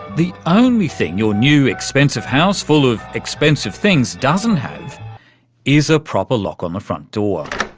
the only thing your new expensive house full of expensive things doesn't have is a proper lock on the front door.